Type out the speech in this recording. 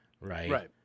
right